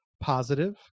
positive